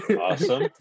awesome